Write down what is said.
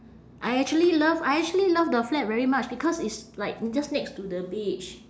I actually love I actually love the flat very much because it's like just next to the beach